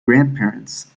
grandparents